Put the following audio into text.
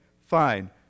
fine